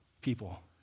people